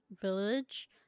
Village